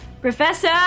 Professor